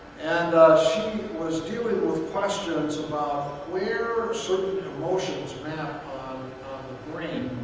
and she was dealing with questions about where certain emotions map on the brain.